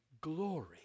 glory